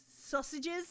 sausages